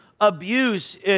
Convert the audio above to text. abuse